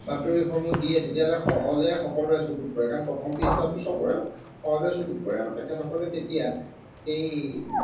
বাতৰিসমূহ দিয়ে তেতিয়াহ'লে সহজে সকলোৱে চকুত পৰে কাৰণ প্ৰথম পৃষ্ঠাটো চবৰে সহজে চকুত পৰে আৰু তেখেতসকলে তেতিয়া সেই